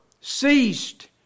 ceased